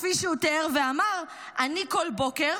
כפי שהוא תיאר ואמר: אני כל בוקר,